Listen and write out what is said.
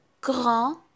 grand